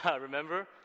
Remember